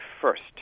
first